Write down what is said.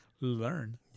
learn